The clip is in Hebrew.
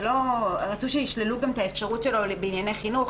רצו לשלול גם את האפשרות שלו בענייני חינוך.